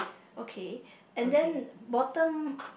okay and then bottom